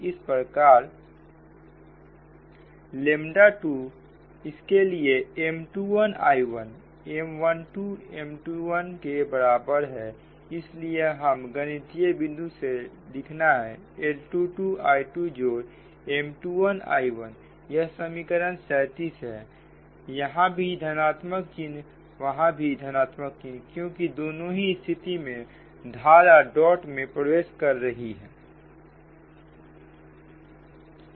इसी प्रकार 2 इसके लिए M21I1 M12 M21के बराबर है लेकिन हमें गणितीय बिंदु से लिखना है L22I2जोड़ M21I1 यह समीकरण 37 है यहां भी धनात्मक चिन्ह वहां भी धनात्मक चिन्ह क्योंकि दोनों ही स्थिति में धारा डॉट में प्रवेश कर रही है ठीक है